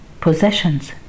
possessions